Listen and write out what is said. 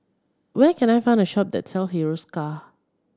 where can I find a shop that Hiruscar